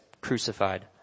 crucified